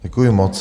Děkuji moc.